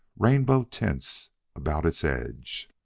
rainbow tints about its edge.